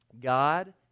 God